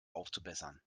aufzubessern